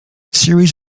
series